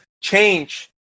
change